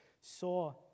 saw